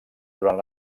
durant